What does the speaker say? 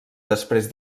després